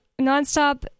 nonstop